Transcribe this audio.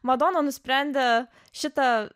madona nusprendė šitą